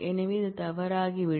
எனவே அது தவறாகிவிடும்